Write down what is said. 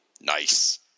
Nice